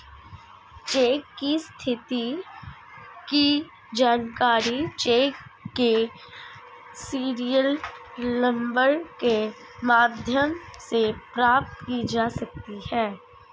check की स्थिति की जानकारी चेक के सीरियल नंबर के माध्यम से प्राप्त की जा सकती है